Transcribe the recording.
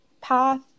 path